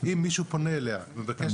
אם מישהו פונה אליה ומבקש לפעול,